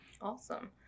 Awesome